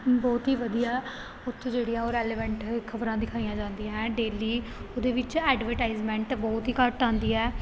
ਬਹੁਤ ਹੀ ਵਧੀਆ ਉੱਥੇ ਜਿਹੜੀਆਂ ਉਹ ਰੈਲੇਵੈਂਟ ਖ਼ਬਰਾਂ ਦਿਖਾਈਆਂ ਜਾਂਦੀਆਂ ਹੈ ਡੇਲੀ ਉਹਦੇ ਵਿੱਚ ਐਡਵਰਟਾਈਜਮੈਂਟ ਬਹੁਤ ਹੀ ਘੱਟ ਆਉਂਦੀ ਹੈ